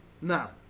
Now